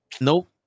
Nope